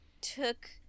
took